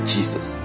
Jesus